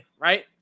right